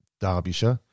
Derbyshire